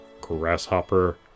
grasshopper